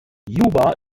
juba